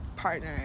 partner